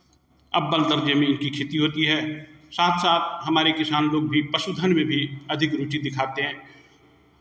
अव्वल दर्जे में उनकी खेती होती है साथ साथ हमारे किसान लोग भी पशु धन में भी अधिक रुचि दिखाते हैं